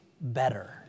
better